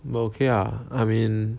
but okay ah I mean